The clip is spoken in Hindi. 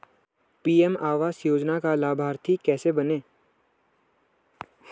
पी.एम आवास योजना का लाभर्ती कैसे बनें?